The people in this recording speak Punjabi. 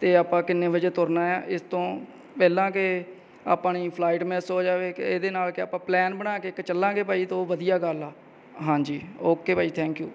ਅਤੇ ਆਪਾਂ ਕਿੰਨੇ ਵਜੇ ਤੁਰਨਾ ਆ ਇਸ ਤੋਂ ਪਹਿਲਾਂ ਕਿ ਆਪਣੀ ਫਲਾਈਟ ਮਿਸ ਹੋ ਜਾਵੇ ਕਿ ਇਹਦੇ ਨਾਲ ਕਿ ਆਪਾਂ ਪਲੈਨ ਬਣਾ ਕੇ ਇੱਕ ਚੱਲਾਂਗੇ ਭਾਅ ਜੀ ਤੋਂ ਵਧੀਆ ਗੱਲ ਆ ਹਾਂਜੀ ਓਕੇ ਬਾਈ ਥੈਂਕ ਯੂ